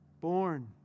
born